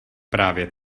právě